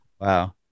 Wow